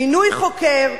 מינוי חוקר,